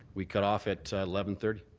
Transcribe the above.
we cut off at eleven thirty.